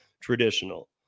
traditional